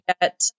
get